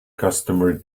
customary